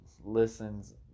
listens